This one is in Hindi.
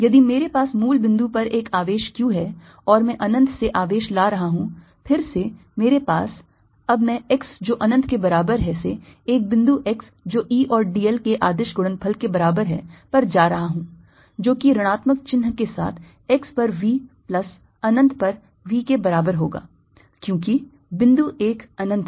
यदि मेरे पास मूल बिंदु पर एक आवेश q है और मैं अनंत से आवेश ला रहा हूं फिर से मेरे पास अब मैं x जो अनंत के बराबर है से एक बिंदु x जो E और dl के अदिश गुणनफल के बराबर है पर जा रहा हूं जो कि ऋणात्मक चिह्न के साथ x पर V प्लस अनंत पर V के बराबर होगा क्योंकि बिंदु 1 अनंत है